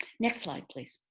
next slide, please.